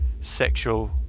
sexual